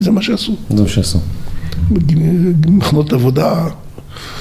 מה שעשו, זה מה שעשו, במכרות עבודה